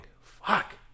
Fuck